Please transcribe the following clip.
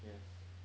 yes